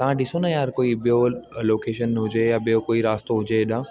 तव्हां ॾिसो न यार कोई ॿियो ल लोकेशन हुजे या ॿियो कोई रास्तो हुजे हेॾां